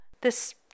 This